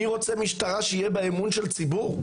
אני רוצה משטרה שיהיה בה אמון של ציבור,